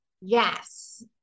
Yes